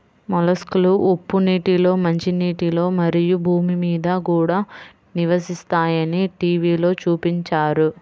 మొలస్క్లు ఉప్పు నీటిలో, మంచినీటిలో, మరియు భూమి మీద కూడా నివసిస్తాయని టీవిలో చూపించారు